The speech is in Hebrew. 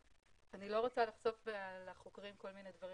אני לא רוצה לחשוף לחוקרים כל מיני דברים